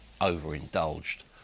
overindulged